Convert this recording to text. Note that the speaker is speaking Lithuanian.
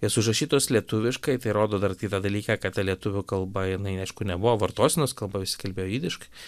jos užrašytos lietuviškai tai rodo dar kitą dalyką kad ta lietuvių kalba jinai aišku nebuvo vartosenos kalba visi kalbėjo jidiškai